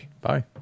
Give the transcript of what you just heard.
Bye